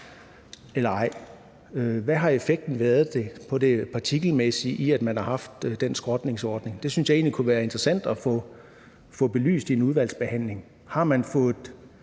Hvad har effekten været på det partikelmæssige, ved at man har haft den skrotningsordning? Det synes jeg egentlig kunne være interessant at få belyst i en udvalgsbehandling.